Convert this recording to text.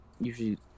usually